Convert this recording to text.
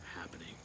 happening